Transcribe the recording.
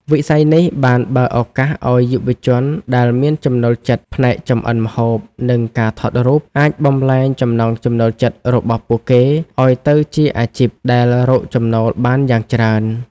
វិស័យនេះបានបើកឱកាសឱ្យយុវជនដែលមានចំណូលចិត្តផ្នែកចម្អិនម្ហូប និងការថតរូប អាចបំប្លែងចំណង់ចំណូលចិត្តរបស់ពួកគេឱ្យទៅជាអាជីពដែលរកចំណូលបានយ៉ាងច្រើន។